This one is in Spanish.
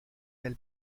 del